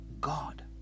God